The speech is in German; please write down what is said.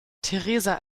theresa